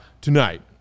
tonight